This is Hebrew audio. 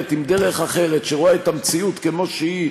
עם דרך אחרת שרואה את המציאות כמו שהיא,